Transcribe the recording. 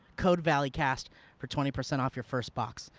code valleycast for twenty percent off your first box.